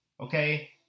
okay